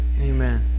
Amen